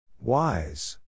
Wise